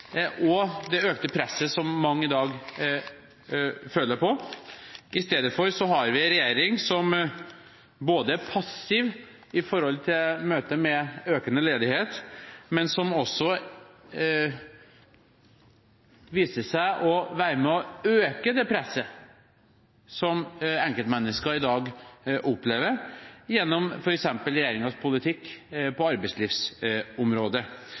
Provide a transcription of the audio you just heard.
og det økte presset som mange i dag føler på. I stedet har vi en regjering som er passiv i møte med økende ledighet, og som også viser seg å være med på å øke det presset som enkeltmennesker i dag opplever, gjennom f.eks. regjeringens politikk på arbeidslivsområdet.